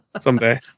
someday